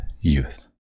youth